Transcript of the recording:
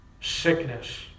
Sickness